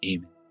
Amen